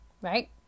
right